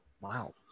wow